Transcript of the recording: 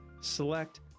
select